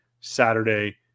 saturday